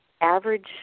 average